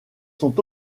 sont